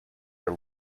your